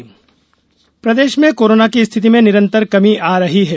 corona प्रदेश प्रदेश में कोरोना की स्थिति में निरन्तर कमी आ रही है